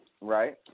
right